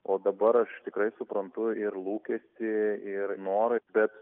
o dabar aš tikrai suprantu ir lūkestį ir norą bet